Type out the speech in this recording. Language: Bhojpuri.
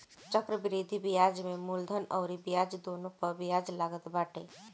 चक्रवृद्धि बियाज में मूलधन अउरी ब्याज दूनो पअ बियाज लागत बाटे